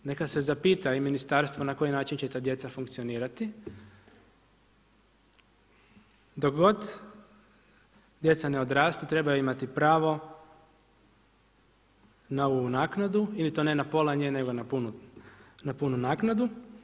Neka se zapita i ministarstvo na koji način će ta djeca funkcionirati, dok god djeca ne odrastu trebaju imati pravo na ovu naknadu i to ne na pola nje nego na punu naknadu.